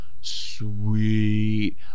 sweet